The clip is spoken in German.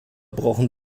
brauchen